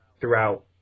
throughout